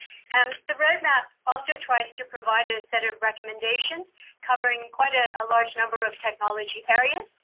and the roadmap also tries to provide ah set of recommendation covering quite a large number of technology areas.